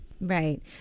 Right